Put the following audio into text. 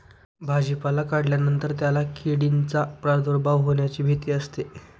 भाजीपाला काढल्यानंतर त्याला किडींचा प्रादुर्भाव होण्याची भीती असते